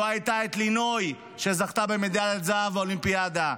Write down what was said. לא הייתה לינוי שזכתה במדליית זהב באולימפיאדה,